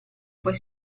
poi